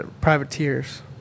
privateers